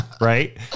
Right